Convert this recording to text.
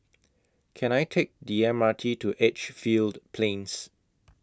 Can I Take The M R T to Edgefield Plains